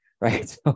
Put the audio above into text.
Right